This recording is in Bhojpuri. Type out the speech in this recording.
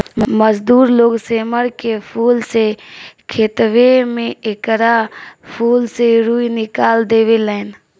मजदूर लोग सेमर के फूल से खेतवे में एकरा फूल से रूई निकाल देवे लेन